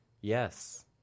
yes